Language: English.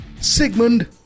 Sigmund